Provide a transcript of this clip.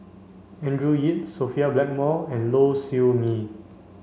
Andrew Yip Sophia Blackmore and Low Siew Nghee